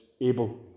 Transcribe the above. able